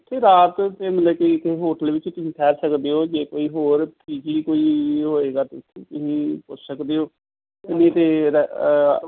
ਉੱਥੇ ਰਾਤ ਤਾਂ ਮਤਲਬ ਕਿ ਕਿਸੇ ਹੋਟਲ ਵਿੱਚ ਤੁਸੀਂ ਠਹਿਰ ਸਕਦੇ ਹੋ ਜੇ ਕੋਈ ਹੋਰ ਪੀ ਜੀ ਕੋਈ ਹੋਏਗਾ ਅਤੇ ਉੱਥੋਂ ਤੁਸੀਂ ਪੁੱਛ ਸਕਦੇ ਹੋ ਨਹੀਂ ਤਾਂ